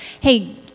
Hey